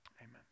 Amen